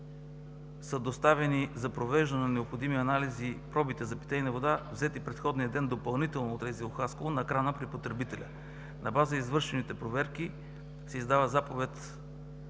са доставени за провеждане на необходими анализи пробите за питейна вода, взети предходния ден допълнително от РЗИ – Хасково, на крана при потребителя. На база извършените проверки се издава Заповед